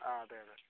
ആ അതെ അതെ